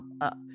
up